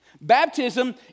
Baptism